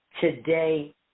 today